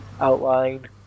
outline